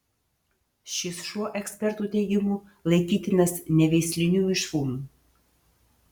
šis šuo ekspertų teigimu laikytinas neveisliniu mišrūnu